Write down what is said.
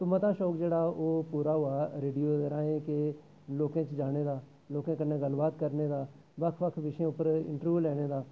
ते मता शौक जेह्ड़ा ओह् पूरा होआ रेडियो दे राहें के लोकें च जाने दा लोकें कन्नै गल्लबात करने दा बक्ख बक्ख विशें उप्पर इंटरव्यू लैने दा